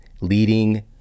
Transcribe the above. leading